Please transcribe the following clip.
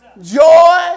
joy